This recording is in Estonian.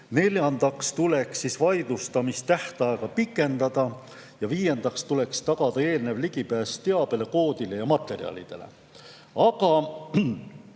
Neljandaks tuleks vaidlustamistähtaega pikendada. Viiendaks tuleks tagada eelnev ligipääs teabele, koodile ja materjalidele. Aga